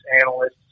analysts